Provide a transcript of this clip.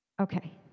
Okay